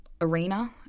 arena